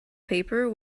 paper